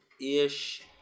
ish